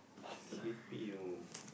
sleepy you know